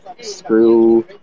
screw